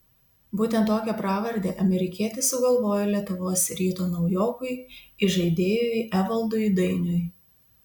būtent tokią pravardę amerikietis sugalvojo lietuvos ryto naujokui įžaidėjui evaldui dainiui